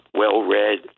well-read